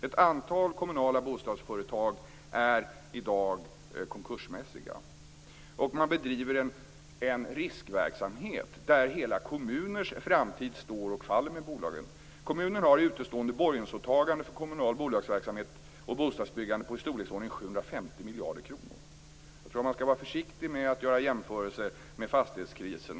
Ett antal kommunala bostadsföretag är i dag konkursmässiga. Man bedriver en riskverksamhet där hela kommuners framtid står och faller med bolagen. Kommuner har utestående borgensåtaganden för kommunal bolagsverksamhet och kommunalt bostadsbyggande på i storleksordningen 750 miljarder kronor. Jag tror att man skall vara försiktig med att göra jämförelser med fastighetskrisen.